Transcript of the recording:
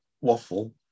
waffle